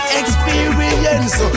experience